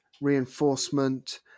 reinforcement